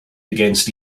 against